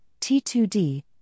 T2D